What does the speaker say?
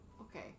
Okay